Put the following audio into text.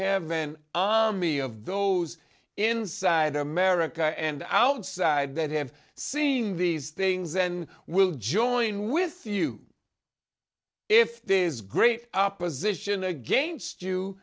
have been aami of those inside america and outside that have seen these things and will join with you if there is great opposition against you